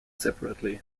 separately